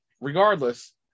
regardless